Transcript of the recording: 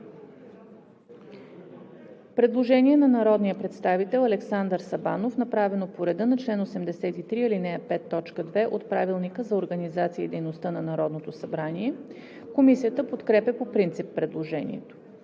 предложение на народния представител Александър Сабанов, направено по реда на чл. 83, ал. 5, т. 2 от Правилника за организацията и дейността на Народното събрание. Комисията подкрепя по принцип предложението.